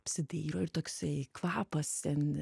apsidairo ir toksai kvapas ten